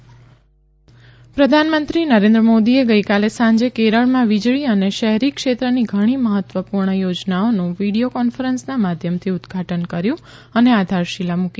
PM Kerala પ્રધાનમંત્રી નરેન્દ્ર મોદી ગઇકાલે સાંજે કેરળમાં વીજળી અને શહેરી ક્ષેત્રની ઘણી મહત્વપુર્ણ યોજનાઓનું વિડીયો કોન્ફરન્સના માધ્યમથી ઉદઘાટન કર્યુ અને આધારશીલા મુકી